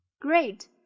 Great